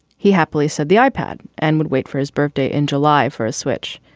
he happily said the ipod and would wait for his birthday in july for a switch.